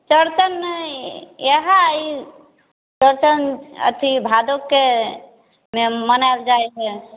चौड़चन नहि इएह ई चौड़चन अथी भादवमे मनायल जाइत है